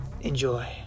Enjoy